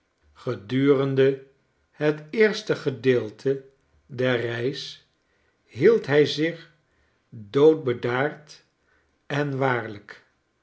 gedurende het eerste gedeelte der reis hield hij zich doodbedaard en waarlijk